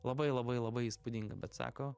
labai labai labai įspūdinga bet sako